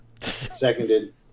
Seconded